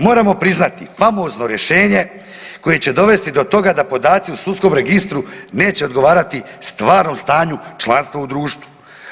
Moramo priznati famozno rješenje koje će dovesti do toga da podaci u sudskom registru neće odgovarati stvarnom stanju članstva u društvu.